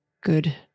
good